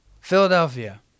Philadelphia